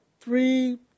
three